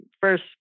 first